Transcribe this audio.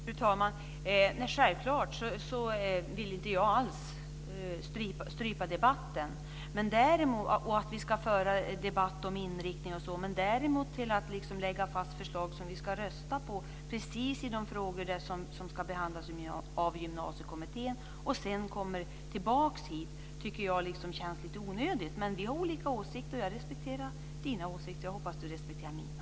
Fru talman! Jag vill inte alls strypa debatten. Vi ska föra en debatt om inriktning osv. Men jag tycker att det känns lite onödigt att lägga fast förslag som vi ska rösta om i precis de frågor som ska behandlas av Gymnasiekommittén och sedan kommer tillbaka hit. Vi har olika åsikter. Jag respekterar Yvonne Anderssons åsikter, och jag hoppas att hon respekterar mina.